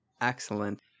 Excellent